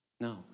No